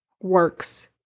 works